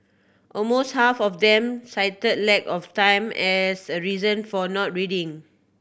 almost half of them cited lack of time as a reason for not reading